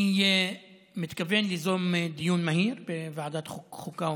אני מתכוון ליזום דיון מהיר בוועדת החוקה,